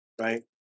right